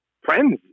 friends